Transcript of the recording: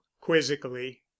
quizzically